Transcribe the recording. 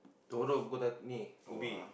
tomorrow go the ini Ubi